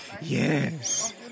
Yes